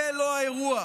זה לא האירוע,